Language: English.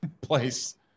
place